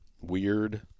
Weird